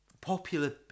popular